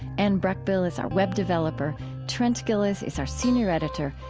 and breckbill is our web developer trent gilliss is our senior editor.